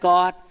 God